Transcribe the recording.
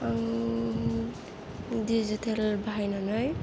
आं डिजिटेल बाहायनानै